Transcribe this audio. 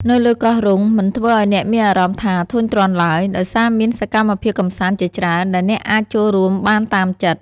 នៅលើកោះរ៉ុង មិនធ្វើឲ្យអ្នកមានអារម្មណ៍ថាធុញទ្រាន់ឡើយ ដោយសារមានសកម្មភាពកម្សាន្តជាច្រើនដែលអ្នកអាចចូលរួមបានតាមចិត្ត។